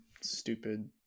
stupid